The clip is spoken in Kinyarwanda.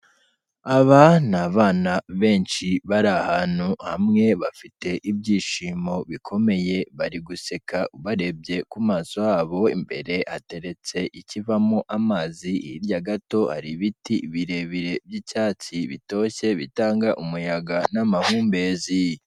Abana ni abana benshi bari ahantu hamwe, bafite ibyishimo bikomeye, bari guseka ubarebye ku maso habo, imbere hateretse ikivamo amazi, hirya gato hari ibiti birebire by'icyatsi bitoshye, bitanga umuyaga n'amahumbezi.